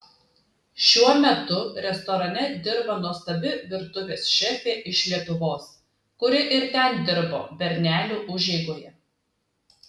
šiuo metu restorane dirba nuostabi virtuvės šefė iš lietuvos kuri ir ten dirbo bernelių užeigoje